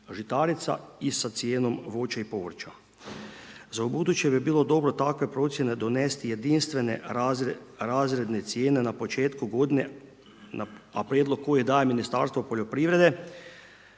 žitarica i sa cijenom voća i povrća. Za ubuduće bi bilo dobro takve procjene donijeti jedinstvene razredne cijene na početku godine, a prijedlog koji daje Ministarstvo poljoprivrede,